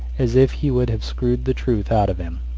as if he would have screwed the truth out of him.